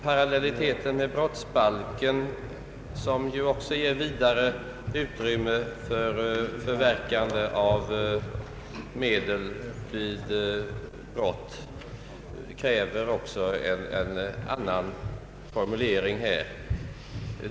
Parallelliteten med brottsbalken, som ju ger vidare utrymme för förverkande av medel vid brott, kräver också en annan formulering.